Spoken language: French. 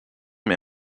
met